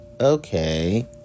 Okay